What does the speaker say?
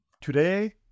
Today